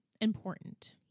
important